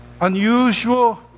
unusual